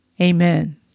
Amen